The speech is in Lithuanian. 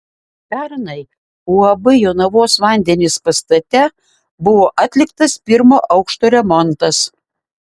pernai uab jonavos vandenys pastate buvo atliktas pirmo aukšto remontas